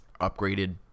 upgraded